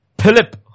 Philip